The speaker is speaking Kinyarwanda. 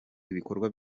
ibikorwa